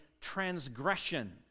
transgression